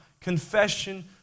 confession